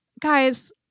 guys